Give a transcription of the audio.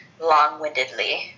long-windedly